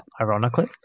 ironically